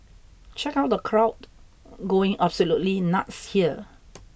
check out the crowd going absolutely nuts here